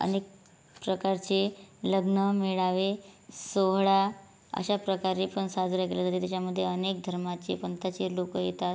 अनेक प्रकारचे लग्न मेळावे सोहळा अशाप्रकारे पण साजऱ्या केल्या जाते त्याच्यामध्ये अनेक धर्माचे पंथाचे लोक येतात